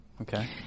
Okay